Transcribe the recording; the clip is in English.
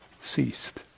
ceased